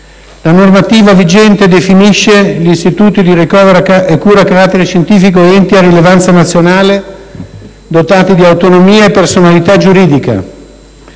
La normativa vigente definisce gli istituti di ricovero e cura a carattere scientifico «enti a rilevanza nazionale dotati di autonomia e personalità giuridica